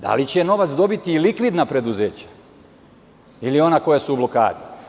Da li će novac dobiti i likvidna preduzeća, ili ona koja su u blokadi?